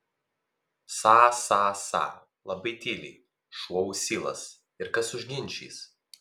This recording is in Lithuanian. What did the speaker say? sa sa sa labai tyliai šuo ausylas ir kas užginčys